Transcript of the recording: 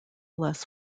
less